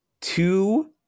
two